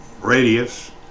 radius